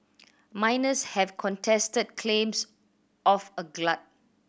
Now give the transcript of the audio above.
miners have contested claims of a glut